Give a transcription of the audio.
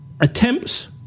attempts